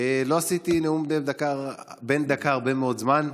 לא עשיתי נאום בן דקה הרבה מאוד זמן,